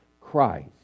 Christ